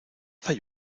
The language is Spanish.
hay